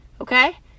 Okay